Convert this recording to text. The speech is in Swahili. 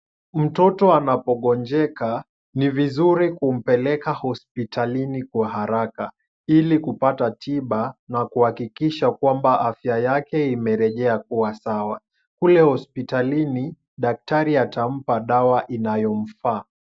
Mtoto anapogonjeka, ni vizuri kumpeleka hospitalini kwa haraka ili kupata tiba na kuhakikisha kwamba afya yake imerejea kuwa sawa. Kule hospitalini, daktari atampa dawa inayomfaa.